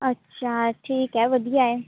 ਅੱਛਾ ਠੀਕ ਹੈ ਵਧੀਆ ਹੈ